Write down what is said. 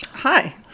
Hi